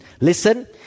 Listen